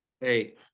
Hey